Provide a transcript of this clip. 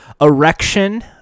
erection